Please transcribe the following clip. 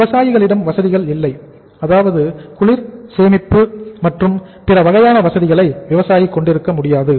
விவசாயிகளிடம் வசதிகள் இல்லை அதாவது குளிர் சேமிப்பு மற்றும் பிற வகையான வசதிகளை விவசாயி கொண்டிருக்க முடியாது